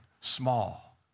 small